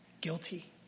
guilty